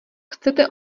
chcete